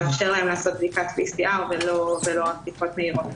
לאפשר לה לעשות בדיקת PCR ולא רק בדיקות מהירות.